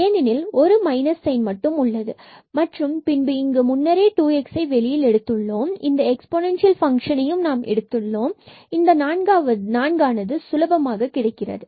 ஏனெனில் இங்கு ஒரு மைனஸ் சைன் உள்ளது மற்றும் பின்பு இங்கு முன்னரே 2xஐ எடுத்துள்ளோம் மற்றும் இந்த எக்ஸ்போனன்சியல் ஃபங்க்ஷன் இங்கு இந்த நான்கு சுலபமாக கிடைக்கிறது